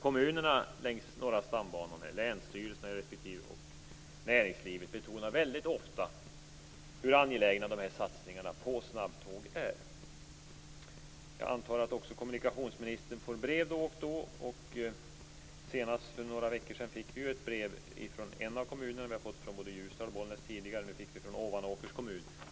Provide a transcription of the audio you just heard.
Kommunerna längs Norra stambanan, länsstyrelserna och näringslivet betonar väldigt ofta hur angelägna de här satsningarna på snabbtåg är. Jag antar att också kommunikationsministern får brev då och då. Senast för några veckor sedan fick vi ju ett brev från en av de aktuella kommunerna - vi har tidigare fått brev från både Ljusdal och Bollnäs, och nu fick vi från Ovanåkers kommun.